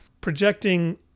projecting